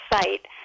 site